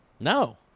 No